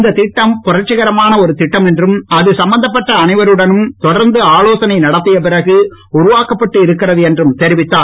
இந்த திட்டம் புரட்சிகரமான ஒரு திட்டம் என்றும் அது சம்பந்தப்பட்ட அனைவருடனும் தொடர்ந்து ஆலோசனை நடத்திய பிறகு உருவாக்கப்பட்டு இருக்கிறது என்றும் தெரிவித்தார்